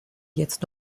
jetzt